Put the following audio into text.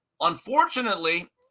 Unfortunately